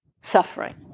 suffering